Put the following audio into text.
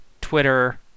Twitter